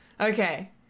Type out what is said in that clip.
Okay